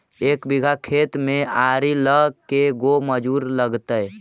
एक बिघा खेत में आरि ल के गो मजुर लगतै?